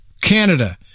Canada